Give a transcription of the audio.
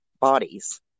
bodies